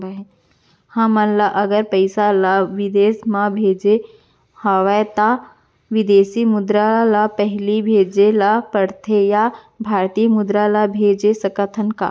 हमन ला अगर पइसा ला विदेश म भेजना हवय त विदेशी मुद्रा म पड़ही भेजे ला पड़थे या भारतीय मुद्रा भेज सकथन का?